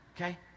Okay